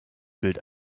bild